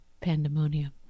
pandemonium